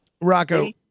Rocco